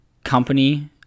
company